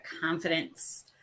confidence